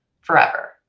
forever